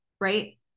right